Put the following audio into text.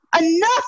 enough